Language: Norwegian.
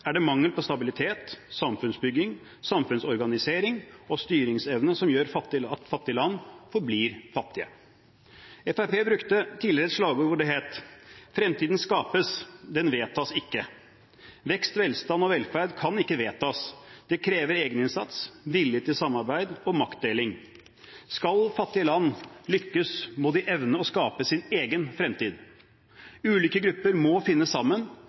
er det mangel på stabilitet, samfunnsbygging, samfunnsorganisering og styringsevne som gjør at fattige land forblir fattige. Fremskrittspartiet brukte tidligere et slagord hvor det het: «Fremtiden skapes – den vedtas ikke». Vekst, velstand og velferd kan ikke vedtas. Det krever egeninnsats, vilje til samarbeid og maktdeling. Skal fattige land lykkes, må de evne å skape sin egen fremtid. Ulike grupper må finne sammen